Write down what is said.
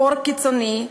קור קיצוני,